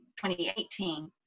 2018